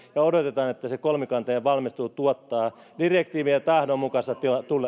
ja odotamme että se kolmikantainen valmistelu tuottaa direktiivien tahdon mukaista